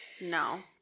No